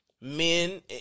men